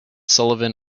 sullivan